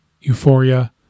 euphoria